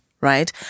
right